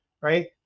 Right